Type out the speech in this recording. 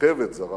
כתבת זרה